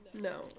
no